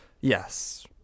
yes